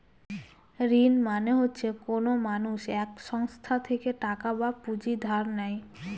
ঋণ মানে হচ্ছে কোনো মানুষ এক সংস্থা থেকে টাকা বা পুঁজি ধার নেয়